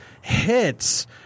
hits